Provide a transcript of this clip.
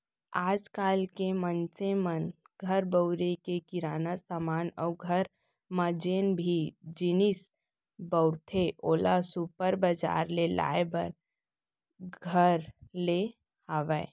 आज काल तो मनसे मन ह घर बउरे के किराना समान अउ घर म जेन भी जिनिस बउरथे ओला सुपर बजार ले लाय बर धर ले हावय